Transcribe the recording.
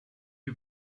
you